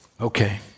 Okay